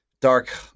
dark